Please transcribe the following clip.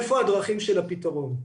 איפה הדרכים של הפתרון?